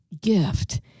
gift